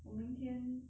我明天